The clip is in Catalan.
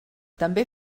també